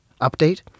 update